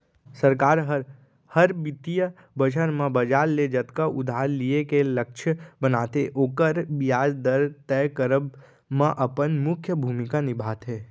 सरकार हर, हर बित्तीय बछर म बजार ले जतका उधार लिये के लक्छ बनाथे ओकर बियाज दर तय करब म अपन मुख्य भूमिका निभाथे